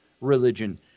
religion